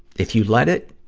if you let it